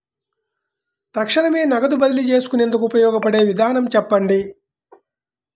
తక్షణమే నగదు బదిలీ చేసుకునేందుకు ఉపయోగపడే విధానము చెప్పండి?